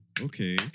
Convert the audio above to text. Okay